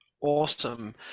awesome